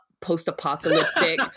post-apocalyptic